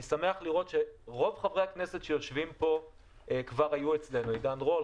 אני שמח לראות שרוב חברי הכנסת שיושבים פה כבר היו אצלנו: עידן רול,